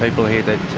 people here that